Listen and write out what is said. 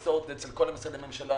והתרשמתי שאכן זה אצל כל משרדי הממשלה,